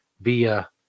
via